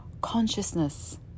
consciousness